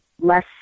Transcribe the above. less